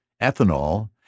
ethanol